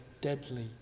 deadly